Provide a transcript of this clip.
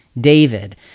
david